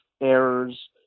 errors